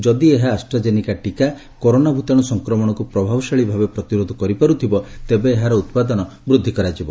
ଯଦି ଏହି ଆଷ୍ଟ୍ରାଜେନିକା ଟିକା କରୋନା ଭୂତାଣୁ ସଂକ୍ରମଣକୁ ପ୍ରଭାବଶାଳୀ ଭାବେ ପ୍ରତିରୋଧ କରିପାରୁଥିବ ତେବେ ଏହାର ଉତ୍ପାଦନ ବୃଦ୍ଧି କରାଯିବ